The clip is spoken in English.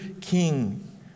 king